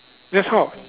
that's how